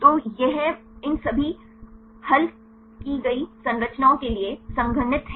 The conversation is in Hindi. तो यह इन सभी हल की गई संरचनाओं के लिए संघनित है